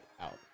out